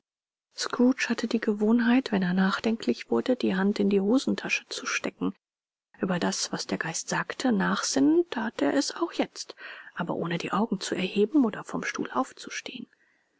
scrooge hatte die gewohnheit wenn er nachdenklich wurde die hand in die hosentasche zu stecken ueber das was der geist sagte nachsinnend that er es auch jetzt aber ohne die augen zu erheben oder vom stuhl aufzustehen